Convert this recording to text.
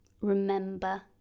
Remember